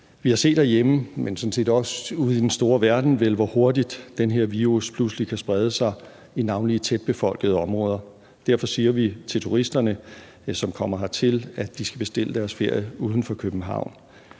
Vi har set herhjemme, men sådan set også ude i den store verden, hvor hurtigt den her virus pludselig kan sprede sig, navnlig i tæt befolkede områder. Derfor siger vi til turisterne, som kommer hertil, at de skal bestille deres ferie uden for København.